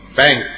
bank